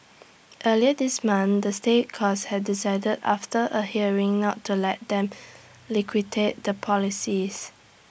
earlier this month the state courts has decided after A hearing not to let them liquidate the policies